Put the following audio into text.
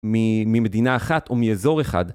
ממדינה אחת או מאזור אחד.